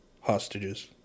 hostages